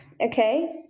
okay